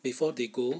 before they go